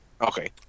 Okay